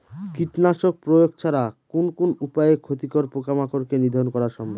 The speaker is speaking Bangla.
কীটনাশক প্রয়োগ ছাড়া কোন কোন উপায়ে ক্ষতিকর পোকামাকড় কে নিধন করা সম্ভব?